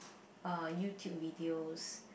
uh YouTube videos